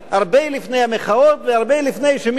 הרבה לפני המחאות והרבה לפני שמישהו